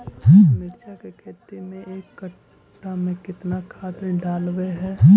मिरचा के खेती मे एक कटा मे कितना खाद ढालबय हू?